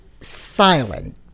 silent